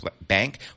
Bank